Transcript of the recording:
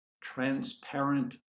transparent